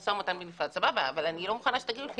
משא ומתן בנפרד, סבבה, אבל אני לא מוכנה שתגידו לי